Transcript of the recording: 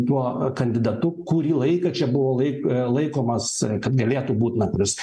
tuo kandidatu kurį laiką čia buvo lai laikomas kad galėtų būt na kuris